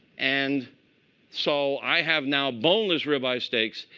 and so i have now boneless ribeye steaks.